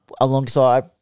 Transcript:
Alongside